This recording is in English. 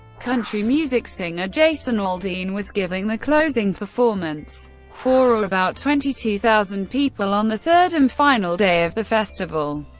country music singer jason aldean was giving the closing performance for about twenty two thousand people on the third and final day of the festival.